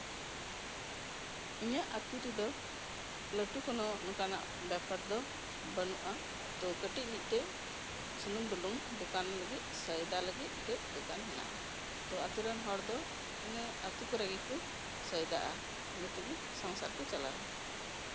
ᱤᱧᱟᱹᱜ ᱟᱛᱳ ᱨᱮᱫᱚ ᱞᱟᱹᱴᱩ ᱠᱳᱱᱳ ᱚᱱᱠᱟᱱᱟᱜ ᱵᱮᱯᱟᱨ ᱫᱚ ᱵᱟᱹᱱᱩᱜᱼᱟ ᱠᱟᱹᱴᱤᱡ ᱢᱤᱫᱴᱮᱡ ᱥᱩᱱᱩᱢ ᱵᱩᱞᱩᱝ ᱫᱚᱠᱟᱱ ᱞᱟᱹᱜᱤᱫ ᱥᱚᱭᱫᱟ ᱞᱟᱹᱜᱤᱫ ᱢᱤᱫᱴᱮᱡ ᱫᱚᱠᱟᱱ ᱦᱮᱱᱟᱜᱼᱟ ᱛᱚ ᱟᱛᱳ ᱨᱮᱱ ᱦᱚᱲ ᱫᱚ ᱤᱱᱟᱹ ᱨᱮᱜᱮ ᱠᱚ ᱥᱚᱭᱫᱟᱼᱟ ᱤᱱᱟᱹ ᱛᱮᱜᱮ ᱥᱚᱝᱥᱟᱨ ᱠᱚ ᱪᱟᱞᱟᱣᱟ